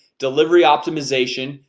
delivery optimization.